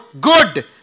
good